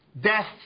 death